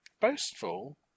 boastful